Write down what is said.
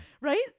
Right